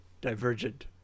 Divergent